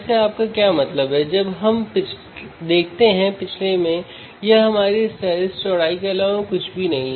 तो आप function generator देखते हैं यहाँ 1V और 2V है